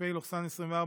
פ/3660/24,